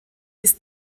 ist